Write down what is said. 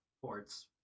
ports